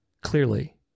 clearly